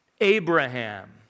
Abraham